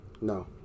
No